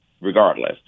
Regardless